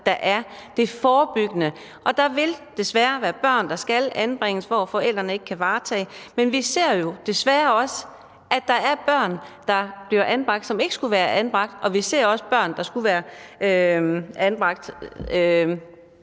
altså det forebyggende. Der vil desværre være børn, der skal anbringes, fordi forældrene ikke kan varetage deres tarv, men vi ser jo desværre også, at der er børn, der bliver anbragt, som ikke skulle være anbragt. Vi ser også børn, som skulle være anbragt,